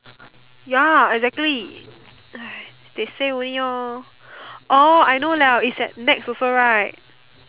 ya exactly they say only lor I know liao it's at Nex also right